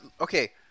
okay